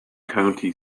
county